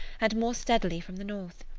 and more steadily from the north.